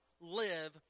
live